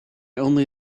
only